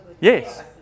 Yes